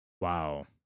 Wow